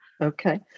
okay